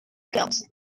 giles